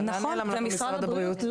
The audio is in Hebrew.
איפה משרד הבריאות.